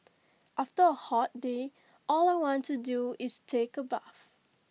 after A hot day all I want to do is take A bath